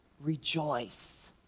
rejoice